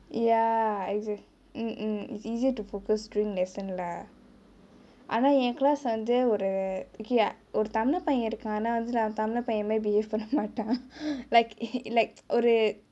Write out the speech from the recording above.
ya mm mm mm is easier to focus during lesson lah ஆனா என்:aana en class வந்து ஒரு:vanthu oru okay ya ஒரு தமிழ பைய இருக்கா ஆனா வந்து அவ தமிழ பைய மாரி:oru tamila paiya irukkaa aana vanthu ava tamila paiya maari behave பண்ண மாட்டா:panna maattaa like like